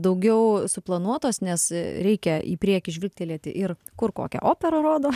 daugiau suplanuotos nes reikia į priekį žvilgtelėti ir kur kokią operą rodo